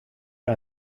wir